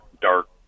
dark